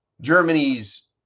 Germany's